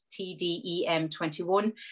TDEM21